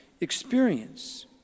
experience